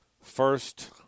first